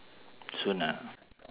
soon ah